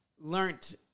learned